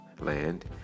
land